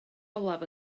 olaf